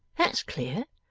that's clear.